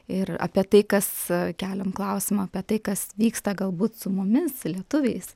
ir apie tai kas keliam klausimą apie tai kas vyksta galbūt su mumis lietuviais